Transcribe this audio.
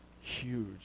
huge